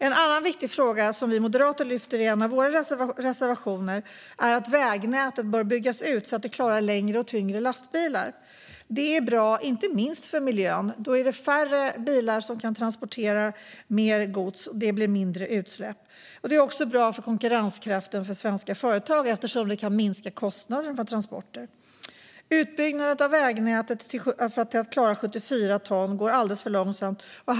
En annan viktig fråga som vi moderater lyfter i en av våra reservationer handlar om att vägnätet bör byggas ut så att det klarar längre och tyngre lastbilar - det är bra inte minst för miljön. Då kan färre bilar transportera mer gods, och det blir mindre utsläpp. Det är också bra för konkurrenskraften för svenska företag eftersom detta kan minska kostnaden för transporter. Utbyggnaden av vägnätet så att det klarar 74 ton går alldeles för långsamt.